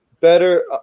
better